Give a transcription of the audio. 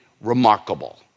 remarkable